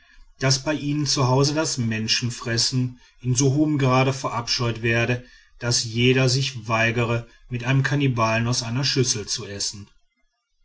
daß bei ihnen zu hause das menschenfressen in so hohem grad verabscheut werde daß jeder sich weigere mit einem kannibalen aus einer schüssel zu essen